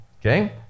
Okay